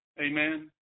Amen